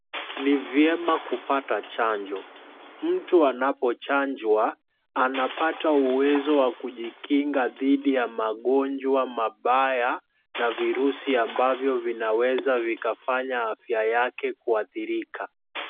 Ni vyema kupata chanjo, mtu anapochanjwa anapata uwezo wa kujikinga dhidi ya magonjwa mabaya na virusi ambavyo vinaweza vikafanya afya yake kuathirika.